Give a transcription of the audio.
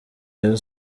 rayon